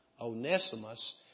Onesimus